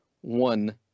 one